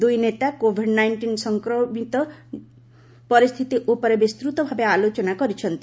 ଦୁଇନେତା Covid ନାଇକ୍ଷିନ୍ ସଂକ୍ରମିତ କନିତ ପରିସ୍ଥିତି ଉପରେ ବିସ୍ତୃତଭାବେ ଆଲୋଚନା କରିଛନ୍ତି